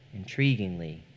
Intriguingly